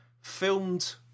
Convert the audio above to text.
filmed